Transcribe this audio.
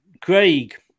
Craig